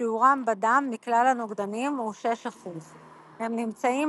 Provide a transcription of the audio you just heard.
שיעורם בדם מכלל הנוגדנים הוא 6%. הם נמצאים